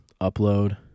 upload